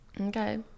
Okay